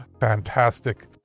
fantastic